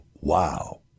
wow